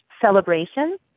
celebration